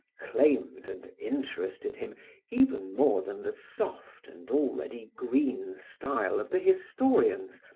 claimed and interested him even more than the soft and already green style of the historians,